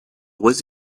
was